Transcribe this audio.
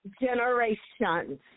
generations